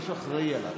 יש אחראי עליו.